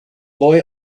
boy